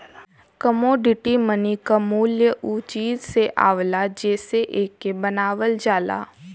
commodity money क मूल्य उ चीज से आवला जेसे एके बनावल जाला